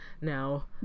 Now